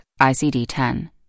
ICD-10